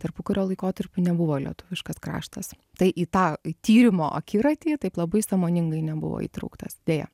tarpukario laikotarpiu nebuvo lietuviškas kraštas tai į tą tyrimo akiratį taip labai sąmoningai nebuvo įtrauktas deja